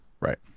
Right